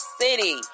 city